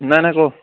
নাই নাই ক